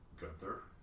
Gunther